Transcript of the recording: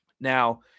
Now